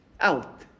Out